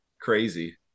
crazy